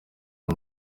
aya